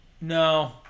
No